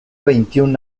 veintiún